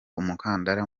umukandara